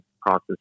process